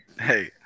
hey